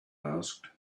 asked